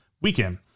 weekend